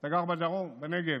אתה גר בדרום, בנגב: